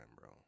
bro